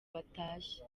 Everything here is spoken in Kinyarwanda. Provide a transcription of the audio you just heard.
batashye